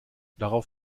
darauf